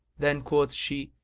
then quoth she,